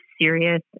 serious